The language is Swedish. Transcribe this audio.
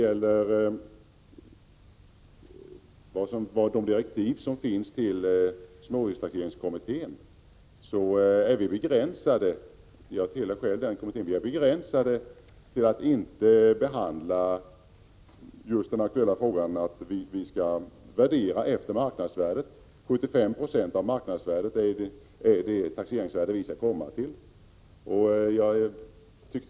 Enligt de direktiv som finns till småhustaxeringskommittén, som jag själv tillhör, är vi begränsade så att vi inte kan behandla just den aktuella frågan. Vi skall rätta oss efter marknadsvärdet. 75 20 av marknadsvärdet är det taxeringsvärde vi skall komma fram till.